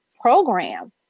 program